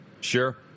Sure